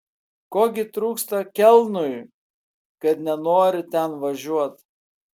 ko gi trūksta kelnui kad nenori ten važiuot